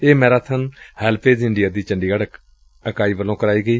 ਇਹ marathon HelpAge India ਦੀ ਚੰਡੀਗੜ੍ ਇਕਾਈ ਵੱਲੋਂ ਕਰਵਾਈ ਗਈ